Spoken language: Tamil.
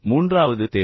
மூன்றாவது தேவை